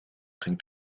dringt